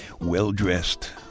well-dressed